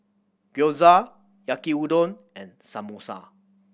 Gyoza Yaki Udon and Samosa